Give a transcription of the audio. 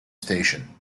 station